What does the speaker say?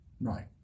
Right